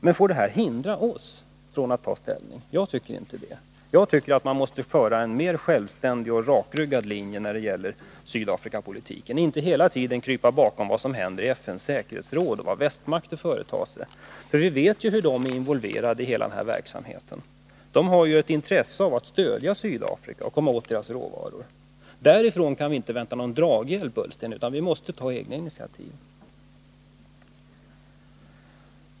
Men får det här hindra oss från att ta ställning? Jag tycker inte det. Jag tycker att man måste följa en mer självständig och rakryggad linje när det gäller Sydafrikapolitiken och inte hela tiden krypa bakom vad som händer i FN:s säkerhetsråd och vad västmakter företar sig. Vi vet ju hur de är involverade i hela denna verksamhet. De har ju ett intresse av att stödja Sydafrika och komma åt dess råvaror. Därifrån kan vi inte vänta någon draghjälp, Ola Ullsten, utan vi måste ta egna initiativ.